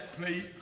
please